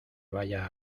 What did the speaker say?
vaya